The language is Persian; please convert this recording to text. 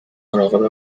مراقب